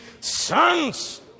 sons